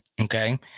Okay